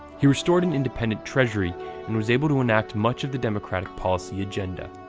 he restored an independent treasury and was able to enact much of the democratic policy agenda.